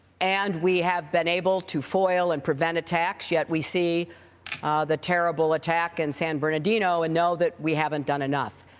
and we have been able to foil and prevent attacks, yet we see the terrible attack in and san bernardino and know that we haven't done enough.